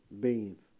Beans